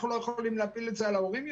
אנחנו לא יכולים להפיל זאת על ההורים,